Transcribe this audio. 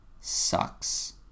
Sucks